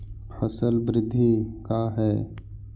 फसल वृद्धि का है?